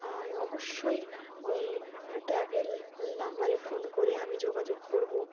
আমি অবশ্যই ওই ট্র্যাভেল নাম্বারে ফোন করে আমি যোগাযোগ করবো